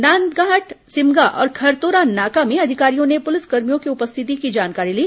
नांदघाट सिमगा और खरतोरा नाका में अधिकारियों ने प्रलिसकर्मियों की उपस्थिति की जानकारी ली